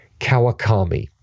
Kawakami